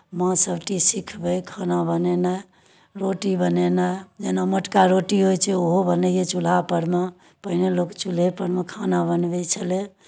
माँ सभटी सिखबैत खाना बनेनाय रोटी बनेनाय जेना मोटका रोटी होइ छै ओहो बनैए चूल्हापर मे पहिले लोक चूल्हेपर मे खाना बनबै छलय